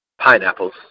pineapples